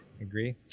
Agree